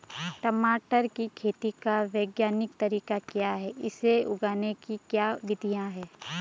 टमाटर की खेती का वैज्ञानिक तरीका क्या है इसे उगाने की क्या विधियाँ हैं?